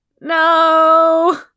no